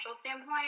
standpoint